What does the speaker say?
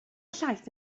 llaeth